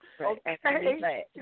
Okay